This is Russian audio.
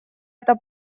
это